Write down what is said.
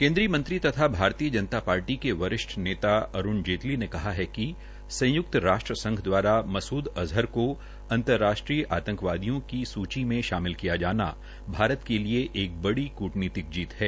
केन्द्रीय मंत्री तथा भारतीय जनता पार्टी के वरिष्ठ नेता अरूण जेटली ने कहा है कि संय्क्त संघ दवारा मसूद अज़हर को अंतर्राष्ट्रीय आतंकवादियों की सूची में शामिल किया जाना भारत के लिये बड़ी क्टनीतिक जीत है